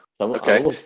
okay